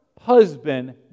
husband